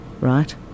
right